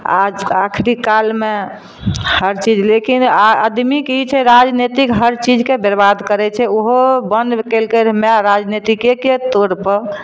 आज आखरी कालमे हर चीज लेकिन आ आदमीके ई छै राजनेतिक हर चीज आदमीके बर्बाद करै छै ओहो बन कयलकै रहए माए राजनीतिकेके तौर पर